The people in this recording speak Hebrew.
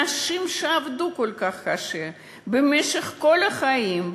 אנשים שעבדו כל כך קשה במשך כל החיים,